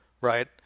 right